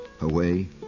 away